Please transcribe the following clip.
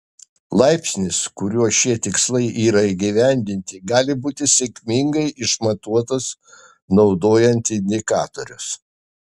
laipsnis kuriuo šie tikslai yra įgyvendinti gali būti sėkmingai išmatuotas naudojant indikatorius